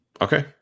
Okay